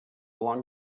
along